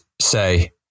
say